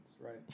right